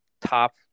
top